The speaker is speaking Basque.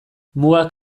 mugak